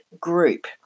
group